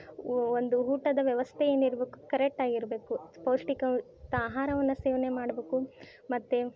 ಒಂದು ಊಟದ ವ್ಯವಸ್ಥೆ ಏನಿರಬೇಕು ಕರೆಕ್ಟಾಗಿರಬೇಕು ಪೌಷ್ಟಿಕಯುಕ್ತ ಆಹಾರವನ್ನ ಸೇವನೆ ಮಾಡಬೇಕು ಮತ್ತು